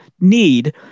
need